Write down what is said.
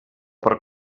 per